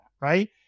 right